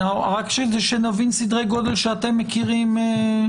רק שנבין סדרי גודל שאתם מכירים.